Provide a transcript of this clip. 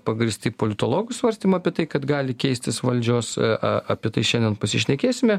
pagrįsti politologų svarstymai apie tai kad gali keistis valdžios a apie tai šiandien pasišnekėsime